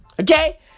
Okay